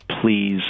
Please